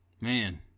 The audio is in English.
Man